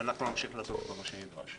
ונמשיך לעשות כל מה שנדרש.